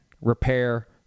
repair